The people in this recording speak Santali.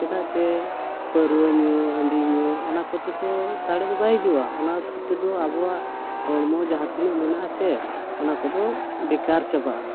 ᱪᱮᱫᱟᱜ ᱪᱮ ᱯᱟᱣᱨᱟᱹ ᱧᱩ ᱦᱟᱺᱰᱤ ᱧᱩ ᱚᱱᱟ ᱠᱚᱛᱮ ᱫᱚ ᱫᱟᱲᱮ ᱫᱚ ᱵᱟᱭ ᱦᱤᱡᱩᱜᱼᱟ ᱚᱱᱟ ᱠᱚ ᱛᱮᱫᱚ ᱟᱵᱚᱣᱟᱜ ᱦᱚᱲᱢᱚ ᱡᱟᱦᱟᱸ ᱛᱤᱱᱟᱹᱜ ᱢᱮᱱᱟᱜᱼᱟ ᱪᱮ ᱚᱱᱟ ᱠᱚᱫᱚ ᱵᱮᱠᱟᱨ ᱪᱟᱵᱟᱜᱼᱟ